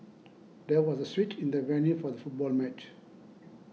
there was a switch in the venue for the football match